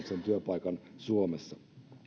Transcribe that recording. sen työpaikan suomessa